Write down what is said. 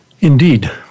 indeed